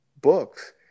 books